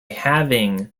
having